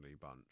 bunch